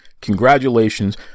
congratulations